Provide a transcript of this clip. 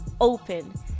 open